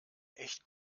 echt